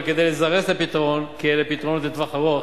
וחוק הווד"לים עובר,